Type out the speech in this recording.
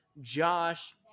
Josh